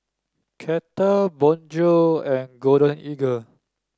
Kettle Bonjour and Golden Eagle